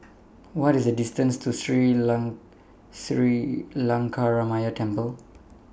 What IS The distance to Sri Long Sri Lankaramaya Temple